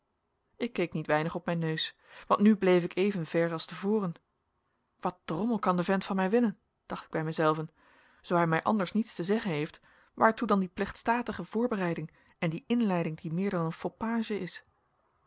ik keek niet weinig op mijn neus want nu bleef ik even ver als te voren wat drommel kan de vent van mij willen dacht ik bij mijzelven zoo hij mij anders niets te zeggen heeft waartoe dan die plechtstatige voorbereiding en die inleiding die meer dan een foppage is